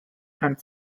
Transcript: and